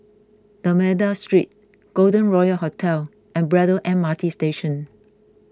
D'Almeida Street Golden Royal Hotel and Braddell M R T Station